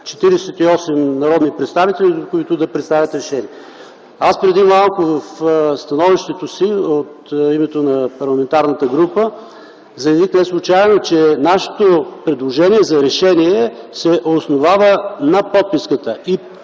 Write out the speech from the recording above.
48 народни представители, които да представят решение. Аз преди малко в становището си от името на парламентарната група заявих неслучайно, че нашето предложение за решение се основава на подписката